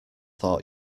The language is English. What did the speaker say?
thought